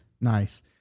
Nice